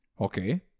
Okay